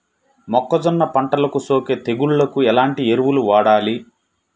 మొక్కజొన్న పంటలకు సోకే తెగుళ్లకు ఎలాంటి ఎరువులు వాడాలి?